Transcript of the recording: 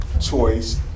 choice